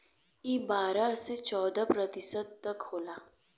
ई बारह से चौदह प्रतिशत तक होला